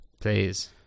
Please